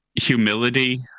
humility